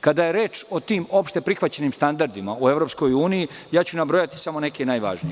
Kada je reč o tim opšteprihvaćenim standardima u EU, ja ću nabrojati samo neke najvažnije.